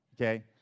okay